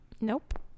Nope